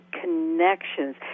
connections